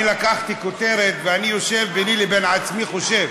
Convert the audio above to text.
אני לקחתי כותרת ואני יושב ביני לבין עצמי וחושב: